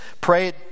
pray